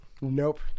Nope